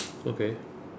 okay